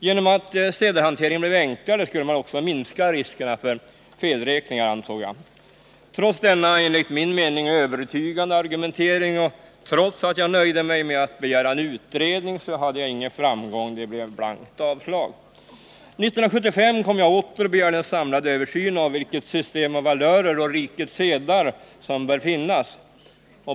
Genom att sedelhanteringen blev enklare skulle man också minska riskerna för felräkningar. Trots denna enligt min mening övertygande argumentering och trots att jag nöjde mig med att begära en utredning hade jag ingen framgång — det blev blankt avslag. 1975 kom jag tillbaka och begärde en samlad översyn av vilket system och vilka valörer å rikets sedlar som bör finnas.